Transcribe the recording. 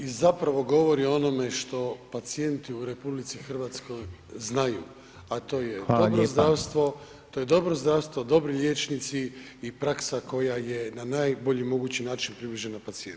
I zapravo govori o onome što pacijenti u RH znaju a to je dobro zdravstvo, to je dobro zdravstvo, dobri liječnici i praksa koja je na najbolji mogući način približena pacijentu.